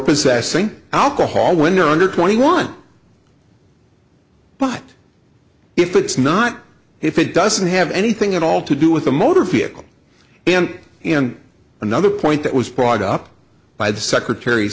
possessing alcohol when you're under twenty one but if it's not if it doesn't have anything at all to do with a motor vehicle and in another point that was brought up by the secretar